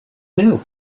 new